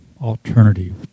alternative